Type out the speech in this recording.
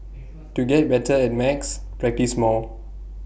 to get better at maths practise more